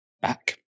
back